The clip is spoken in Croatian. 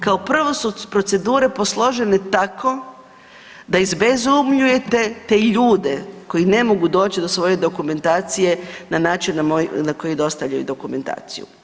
Kao prvo su procedure posložene tako da izbezumljujete te ljude koji ne mogu doći do svoje dokumentacije na način na koji dostavljaju dokumentaciju.